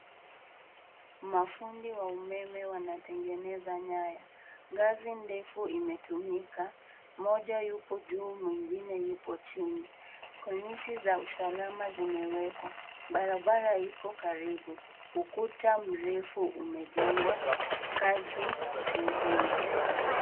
Mafundi wa umeme wanatengeneza nyaya. Ngazi ndefu imetumika, moja yupo juu mwingine yupo chini. Konisi za usalama zimewekwa, barabara iko karibu. Ukuta mrefu umejengwa kazi muhimu.